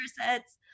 sets